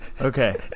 Okay